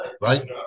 Right